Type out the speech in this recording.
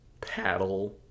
paddle